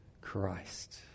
Christ